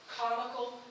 comical